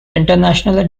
internationally